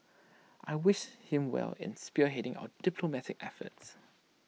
I wish him well in spearheading our diplomatic efforts